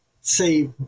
say